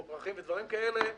כמו פרחים דברים כאלה,